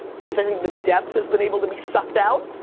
because i think the depth has been able to be sucked out,